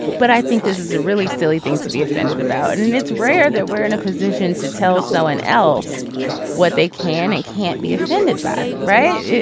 but i think this is a really silly thing to be offended about and and it's rare that we're in a position to tell someone so and else what they can and can't be offended by. right.